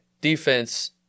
Defense